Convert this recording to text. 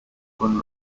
gun